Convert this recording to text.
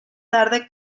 tarde